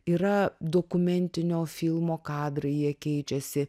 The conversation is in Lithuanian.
yra dokumentinio filmo kadrai jie keičiasi